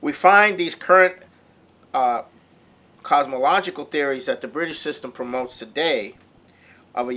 we find these current cosmological theories that the british system promotes today